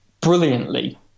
brilliantly